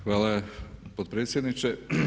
Hvala potpredsjedniče.